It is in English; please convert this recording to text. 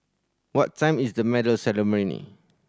what time is the medal ceremony